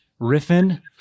Riffin